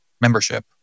membership